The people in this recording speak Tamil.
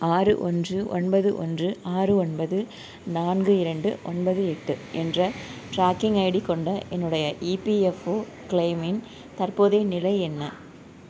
ஆறு ஒன்று ஒன்பது ஒன்று ஆறு ஒன்பது நான்கு இரண்டு ஒன்பது எட்டு என்ற ட்ராக்கிங் ஐடி கொண்ட என்னுடைய இபிஎஃப்ஒ கிளெய்மின் தற்போதைய நிலை என்ன